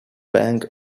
bank